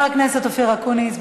חבר הכנסת אופיר אקוניס.